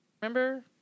Remember